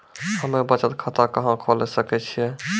हम्मे बचत खाता कहां खोले सकै छियै?